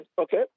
Okay